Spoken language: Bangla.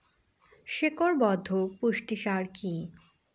শিকড় বর্ধক পুষ্টি সার কি?